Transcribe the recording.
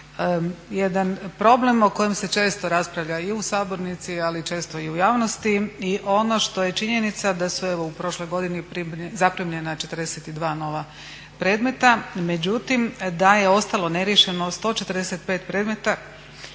jedan problem o kojem se često raspravlja i u sabornici, ali i često i u javnosti. I ono što je činjenica da su evo u prošloj godini zaprimljena 42 nova predmeta, međutim da je ostalo neriješeno 145 predmeta